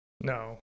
No